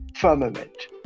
firmament